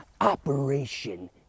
Operation